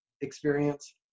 experience